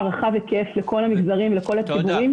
רחב-היקף לכל המגזרים ולכל הציבור.